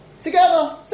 together